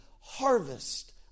harvest